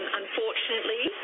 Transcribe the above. unfortunately